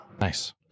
Nice